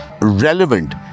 relevant